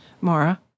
Mara